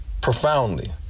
profoundly